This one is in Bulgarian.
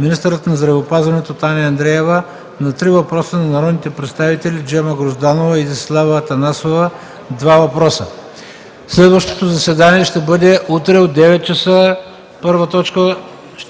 министърът на здравеопазването Таня Андреева – на три въпроса от народните представители Джема Грозданова и Десислава Атанасова – два въпроса. Следващото заседание ще бъде утре от 9,00 ч., като първа точка